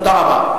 תודה רבה.